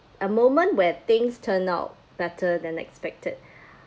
a moment where things turned out better than expected